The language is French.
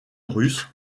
russe